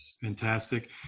Fantastic